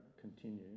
continue